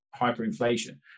hyperinflation